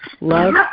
love